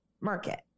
market